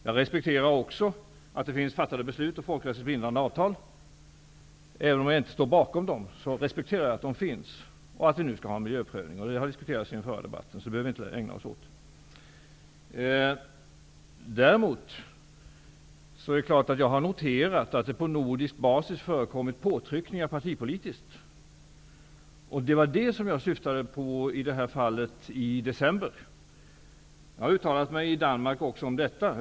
Jag respekterar också att det finns fattade beslut och folkrättsligt bindande avtal, även om jag inte står bakom dem. Jag respekterar att de finns och att det nu skall göras en miljöprövning. Det har diskuterats i den förra debatten, och det behöver vi inte ägna oss åt nu. Däremot har jag noterat att det på nordisk grund förekommit partipolitiska påtryckningar. Det var detta som jag syftade på i fallet från december. Jag har uttalat mig också om detta i Danmark.